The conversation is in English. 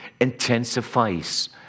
intensifies